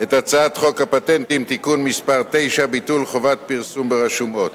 הצעת חוק הפטנטים (תיקון מס' 8) (ביטול חובת פרסום ברשומות).